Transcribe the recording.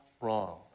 wrong